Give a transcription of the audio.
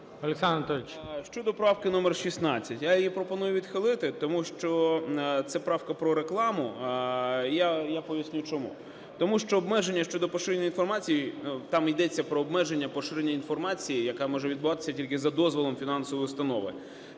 О.А. Щодо правки номер 16. Я її пропоную відхилити, тому що це правка про рекламу. Я поясню чому. Тому що обмеження щодо поширення інформації, там йдеться про обмеження поширення інформації, яке може відбуватися тільки за дозволом фінансової установи.